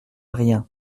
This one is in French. rien